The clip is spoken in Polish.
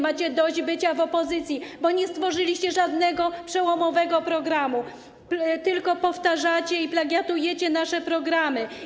Macie dość bycia w opozycji, bo nie stworzyliście żadnego przełomowego programu, tylko powtarzacie i plagiatujecie nasze programy.